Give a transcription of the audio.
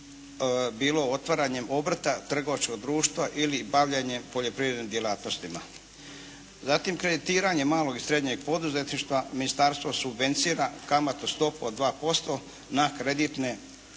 bilo otvaranjem obrta, trgovačkog društva ili bavljenjem poljoprivrednim djelatnostima. Zatim kreditiranje malog i srednjeg poduzetništva ministarstvo subvencira kamatnu stopu od 2% na kreditne programe